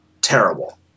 terrible